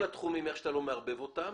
זה מכל התחומים, איך שאתה לא מערבב אותם.